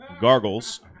gargles